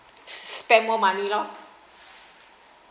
spend more money lor